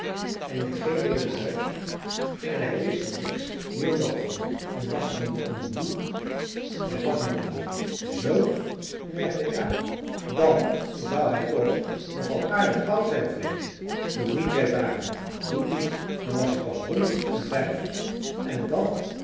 en hij ging weer na huis en hij wist er niks niemendal van en was t niet om en boer hij was er nog wel z merkte ik aan dan zou hij toch nog al aardig oud zijn vrind doet niet zei barend doet niet dan was ie pas honderd en vijf en dat